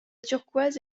turquoise